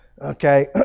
Okay